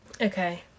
Okay